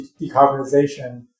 decarbonization